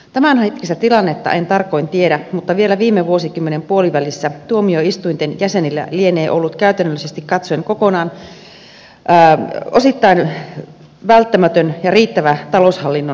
tämänhetkistä tilannetta en tarkoin tiedä mutta vielä viime vuosikymmenen puolivälissä tuomioistuinten jäsenillä lienee ollut käytännöllisesti katsoen osittain välttämätön ja riittävä taloushallinnon tieto